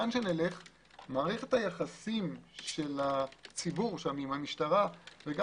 מערכת היחסים של הציבור עם המשטרה וגם